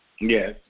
Yes